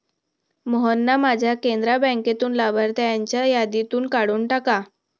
मोहनना माझ्या कॅनरा बँकेतून लाभार्थ्यांच्या यादीतून काढून टाका